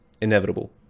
inevitable